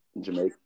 Jamaica